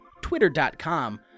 twitter.com